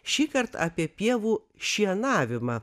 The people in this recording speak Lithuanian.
šįkart apie pievų šienavimą